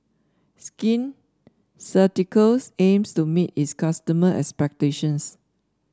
Skin Ceuticals aims to meet its customer expectations